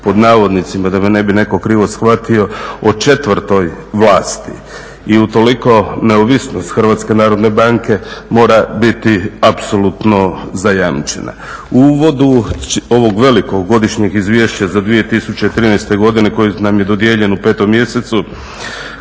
pod navodnicima, da me ne bi netko krivo shvatio, o četvrtoj vlasti i utoliko neovisnost HNB-a mora biti apsolutno zajamčena. U uvodu ovog velikog godišnjeg izvješća za 2013. godinu koji nam je dodijeljen u 5. mjesecu